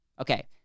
okay